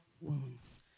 wounds